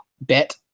bet